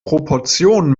proportionen